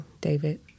David